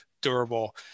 durable